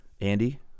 Andy